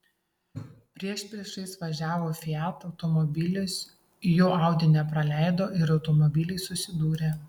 priešpriešiais važiavo fiat automobilis jo audi nepraleido ir automobiliai susidūrė